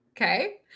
Okay